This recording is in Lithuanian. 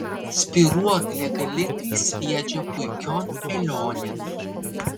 spyruoklė galingai sviedžia puikion kelionėn